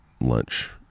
lunch